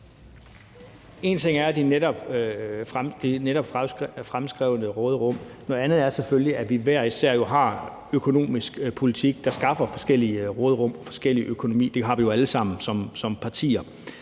En ting er det netop fremskrevne råderum. Noget andet er selvfølgelig, at vi hver især har økonomisk politik, der skaffer forskellige råderum og forskellig økonomi. Det har vi jo alle sammen som partier.